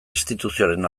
instituzioaren